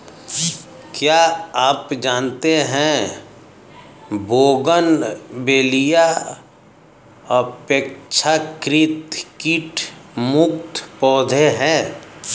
क्या आप जानते है बोगनवेलिया अपेक्षाकृत कीट मुक्त पौधे हैं?